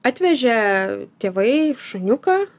atvežė tėvai šuniuką